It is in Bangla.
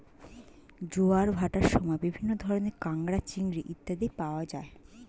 জোয়ার ভাটার সময় বিভিন্ন ধরনের কাঁকড়া, চিংড়ি ইত্যাদি ধরা হয়